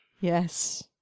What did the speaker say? Yes